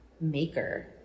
maker